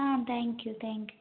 ah thank you thank you